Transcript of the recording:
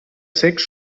sechs